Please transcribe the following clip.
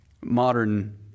Modern